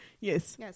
yes